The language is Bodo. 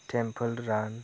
टेम्पोल रान